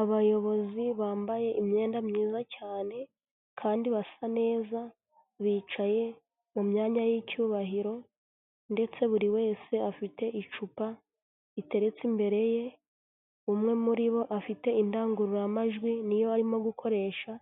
Abayobozi bambaye imyenda myiza cyane kandi basa neza bicaye mu myanya y'icyubahiro ndetse buri wese afite icupa riteretse imbere ye, umwe muri bo afite indangururamajwi niyo arimo gukoresha